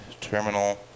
terminal